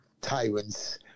tyrants